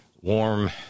warm